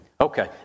Okay